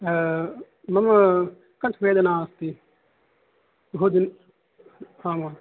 मम कण्ठवेदना अस्ति बहुदिन आम् आम्